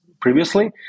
previously